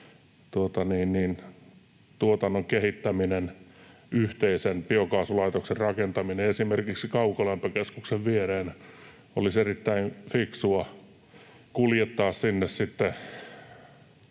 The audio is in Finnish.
tuotannon kehittäminen, yhteisen biokaasulaitoksen rakentaminen esimerkiksi kaukolämpökeskuksen viereen ja sinne lannan kuljettaminen